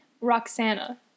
Roxana